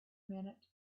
minute